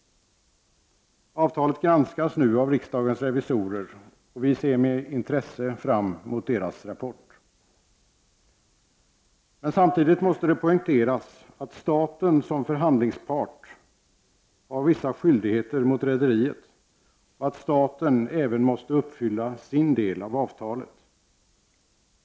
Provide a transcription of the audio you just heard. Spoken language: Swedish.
Avtalet granskas nu av riksdagens revisorer, och vi ser med intresse fram mot deras rapport. Samtidigt måste poängteras att staten som förhandlingspart har vissa skyldigheter mot rederiet och att staten även måste uppfylla sin del av avtalet.